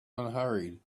unhurried